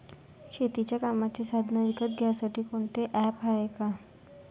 शेतीच्या कामाचे साधनं विकत घ्यासाठी कोनतं ॲप हाये का?